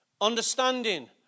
understanding